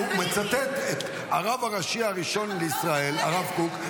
הוא מצטט את הרב הראשי הראשון לישראל הרב קוק,